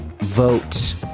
vote